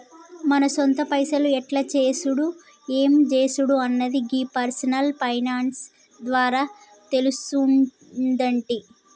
మన సొంత పైసలు ఎట్ల చేసుడు ఎం జేసుడు అన్నది గీ పర్సనల్ ఫైనాన్స్ ద్వారా తెలుస్తుందంటి